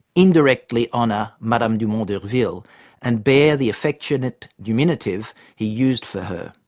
indirectly honour madame dumont d'urville and bear the affectionate diminutive he used for her.